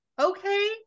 okay